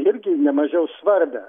irgi ne mažiau svarbią